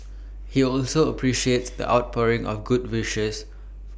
he also appreciates the outpouring of good wishes